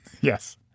Yes